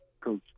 coach